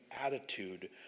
attitude